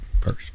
First